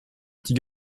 petit